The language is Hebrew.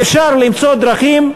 ואפשר למצוא דרכים,